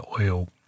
oil